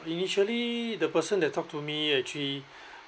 initially the person that talk to me actually